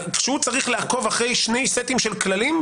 כשהוא צריך לעקוב אחרי שני סטים של כללים,